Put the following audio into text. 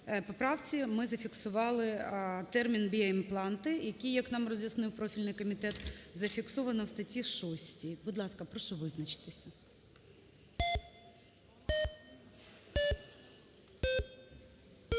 ми зафіксували термін "біоімпланти", які, як нам роз'яснив профільний комітет, зафіксовано в статті 6. Будь ласка, прошу визначитися.